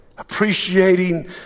appreciating